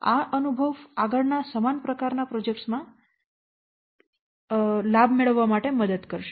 આ અનુભવ આગળના સમાન પ્રકાર ના પ્રોજેક્ટ્સ માં લાભ મેળવવા માટે મદદ કરશે